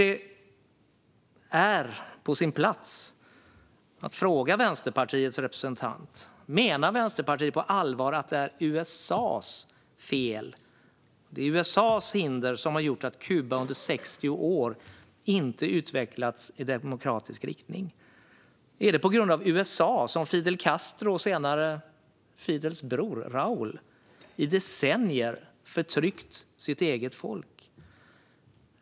Det är på sin plats att fråga Vänsterpartiets representant: Menar Vänsterpartiet på allvar att det är USA:s fel och att USA under 60 år har hindrat Kuba från att utvecklas i en demokratisk riktning? Är det på grund av USA som Fidel Castro och senare hans bror Raúl i decennier har förtryckt sitt eget folk?